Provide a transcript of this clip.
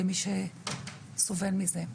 למי שסובל מזה,